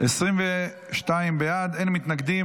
22 בעד, אין מתנגדים.